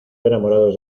enamorados